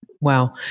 Wow